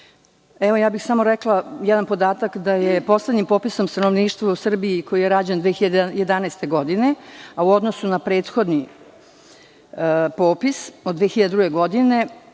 bih samo jedan podatak. Poslednji popis stanovništva u Srbiji, koji je rađen 2011. godine, a u odnosu na prethodni popis iz 2002. godine,